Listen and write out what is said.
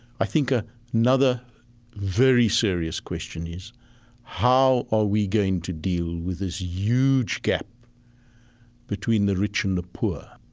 i think ah another very serious question is how are we going to deal with this huge gap between the rich and the poor,